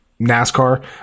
NASCAR